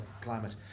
climate